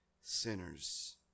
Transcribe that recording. sinners